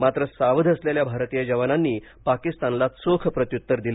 मात्र सावध असलेल्या भारतीय जवानांनी पाकिस्तानला चोख प्रत्युत्तर दिलं